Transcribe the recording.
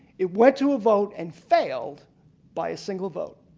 it went to a vote and failed by a single vote.